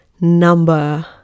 Number